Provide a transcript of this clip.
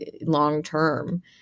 long-term